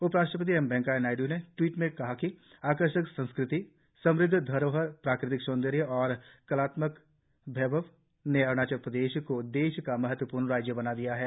उपराष्ट्रपति एमवेंकैया नायडू ने ट्वीट में कहा कि आकर्षक संस्कृति समृद्ध धरोहर प्राकृतिक सौंदर्य और कलात्मक वैभव ने अरूणाचल प्रदेश को देश का महत्वपूर्ण राज्य बना दिया है